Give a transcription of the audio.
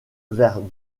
vers